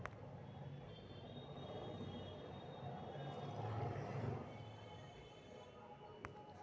राई, जौ, मक्का, आदि फसलवन के कम्बाइन हार्वेसटर से काटल जा हई